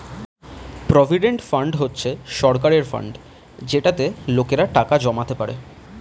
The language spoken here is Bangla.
প্রভিডেন্ট ফান্ড হচ্ছে সরকারের ফান্ড যেটাতে লোকেরা টাকা জমাতে পারে